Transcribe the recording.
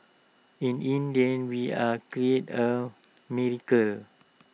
in India we are cleared A miracle